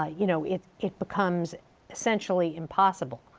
ah you know, it it becomes essentially impossible.